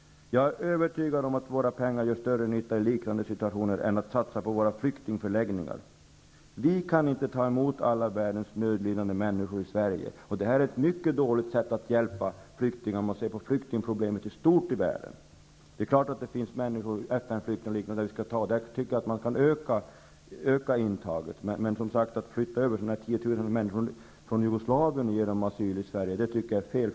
Jag är övertygad om att våra pengar gör större nytta i liknande situationer än om vi satsar dem på våra flyktingförläggningar. Vi kan inte ta emot all världens nödlidande människor i Sverige. Det är ett mycket dåligt sätt att hjälpa om man ser till flyktingproblemet i stort i världen. Det är klart att det finns flyktingar, t.ex. FN flyktingar, som vi skall ta emot. Där tycker jag att man skall öka intaget, men att flytta över 10 000 människor från Jugoslavien och ge dem asyl i Sverige tycker jag är fel.